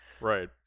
Right